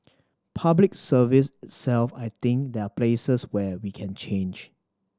Public Service itself I think there are places where we can change